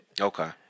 Okay